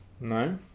No